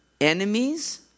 enemies